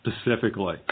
specifically